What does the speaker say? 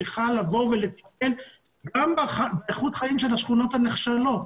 צריכה לבוא ולטפל גם באיכות החיים של השכונות הנחשלות.